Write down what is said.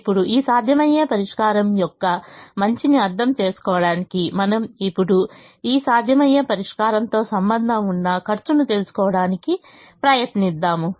ఇప్పుడు ఈ సాధ్యమయ్యే పరిష్కారం యొక్క మంచిని అర్థం చేసుకోవడానికి మనము ఇప్పుడు ఈ సాధ్యమయ్యే పరిష్కారంతో సంబంధం ఉన్న ఖర్చును తెలుసుకోవడానికి ప్రయత్నిద్దాము